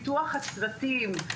פיתוח הצוותים,